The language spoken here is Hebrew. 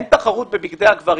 אין תחרות בבגדי הגברים.